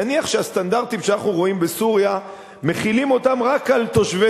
ונניח שהסטנדרטים שאנחנו רואים בסוריה מחילים אותם רק על תושבי